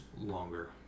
longer